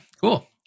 Cool